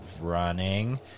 running